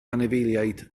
anifeiliaid